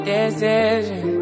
Decision